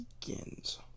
begins